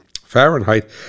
Fahrenheit